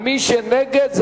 ומי שהוא נגד,